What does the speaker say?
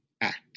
act